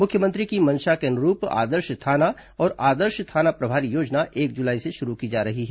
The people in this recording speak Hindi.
मुख्यमंत्री की मंशा के अनुरूप आदर्श थाना और आदर्श थाना प्रभारी योजना एक जुलाई से शुरू की जा रही है